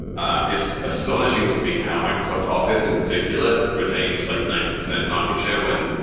um it's astonishing to me how microsoft office in particular retains like ninety percent market share when.